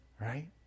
right